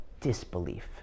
disbelief